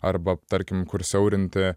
arba tarkim kur siaurinti